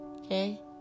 Okay